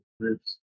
groups